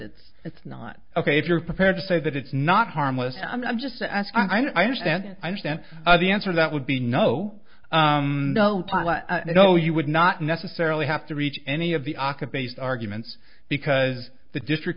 it's it's not ok if you're prepared to say that it's not harmless i'm just as i understand i understand the answer that would be no no no you would not necessarily have to reach any of the aka base arguments because the district